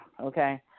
okay